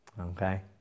Okay